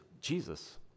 Jesus